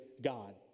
God